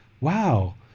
Wow